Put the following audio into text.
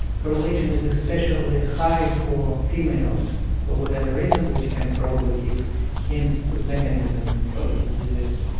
correlation is especially high for females, for whatever reason, which can probably give hints to the mechanism of the disease.